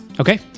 Okay